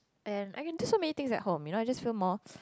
and I can do so many things at home you know I just feel more